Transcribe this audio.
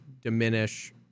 diminish